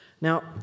Now